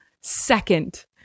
second